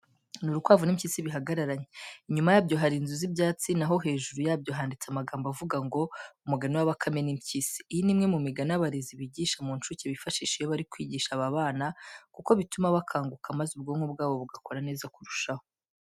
Ni urukwavu n'impyisi bihagararanye, inyuma yabyo hari inzu z'ibyatsi na ho hejuru yabyo handitse amagambo avuga ngo: "Umugani wa Bakame n'Impyisi." Iyi ni imwe mu migani abarezi bigisha mu ncuke bifashisha iyo bari kwigisha aba bana kuko bituma bakanguka maze ubwonko bwabo bugakora neza kurushaho.